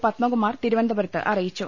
പത്മകുമാർ തിരുവനന്തപുരത്ത് അറിയിച്ചു